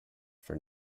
for